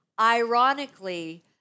ironically